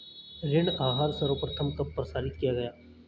ऋण आहार सर्वप्रथम कब प्रसारित किया गया?